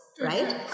right